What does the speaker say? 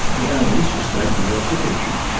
the analyst was trying to help the patient,